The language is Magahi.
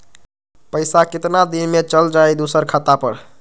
पैसा कितना दिन में चल जाई दुसर खाता पर?